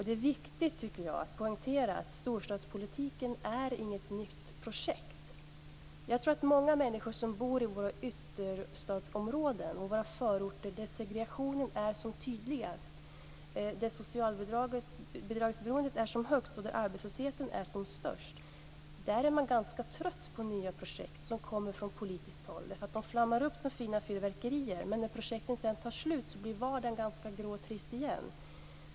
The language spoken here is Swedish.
Det är viktigt att poängtera att storstadspolitiken inte är något nytt projekt. Jag tror att många människor som bor i våra ytterstadsområden och i våra förorter - där segregationen är som tydligast, där socialbidragsberoendet är som högst och arbetslösheten är som störst - är ganska trötta på nya projekt som kommer från politiskt håll. De flammar upp som fina fyrverkerier, men när projekten sedan tar slut blir vardagen igen ganska grå och trist.